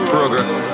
Progress